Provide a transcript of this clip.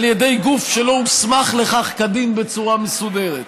על ידי גוף שלא הוסמך לכך כדין בצורה מסודרת.